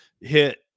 hit